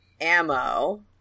ammo